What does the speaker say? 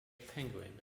penguin